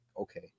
Okay